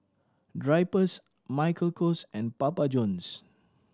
Drypers Michael Kors and Papa Johns